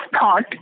thought